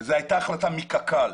זו הייתה החלטה מקק"ל.